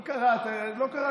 לא קרה כלום.